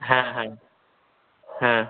হ্যাঁ হ্যাঁ হ্যাঁ